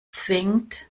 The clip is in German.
zwingt